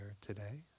today